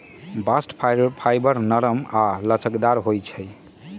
bast fibre नरम आऽ लचकदार होइ छइ